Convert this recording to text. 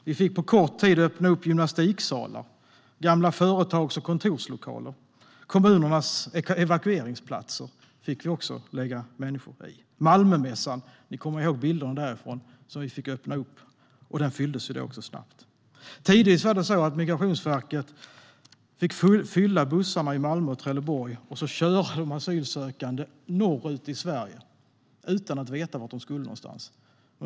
Vi fick på kort tid öppna upp gymnastiksalar och gamla företags och kontorslokaler. Kommunernas evakueringsplatser fick vi också använda för att kunna lägga människor någonstans. Ni kommer ihåg bilderna från Malmömässan, som vi öppnade upp och som snabbt fylldes. Tidigt var det så att Migrationsverket fick fylla bussar i Malmö och Trelleborg och köra de asylsökande norrut i Sverige utan att veta vart de skulle någonstans.